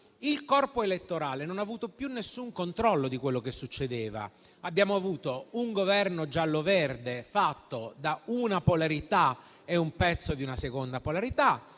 il corpo elettorale non ha avuto più alcun controllo di quello che succedeva. Abbiamo avuto un Governo gialloverde, formato da una polarità e un pezzo di una seconda polarità;